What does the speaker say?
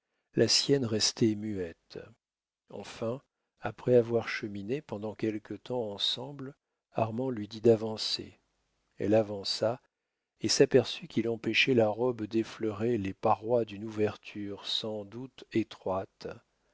la sienne restait muette enfin après avoir cheminé pendant quelque temps ensemble armand lui dit d'avancer elle avança et s'aperçut qu'il empêchait la robe d'effleurer les parois d'une ouverture sans doute étroite